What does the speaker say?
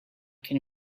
can